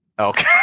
Okay